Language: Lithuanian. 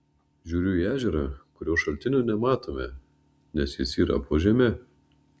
žiūriu į ežerą kurio šaltinio nematome nes jis yra po žeme